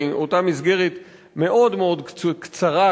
מאותה מסגרת מאוד מאוד קצרה,